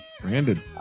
Brandon